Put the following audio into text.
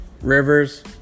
Rivers